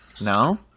No